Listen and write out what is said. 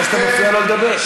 על זה שאתה מפריע לו לדבר.